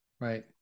Right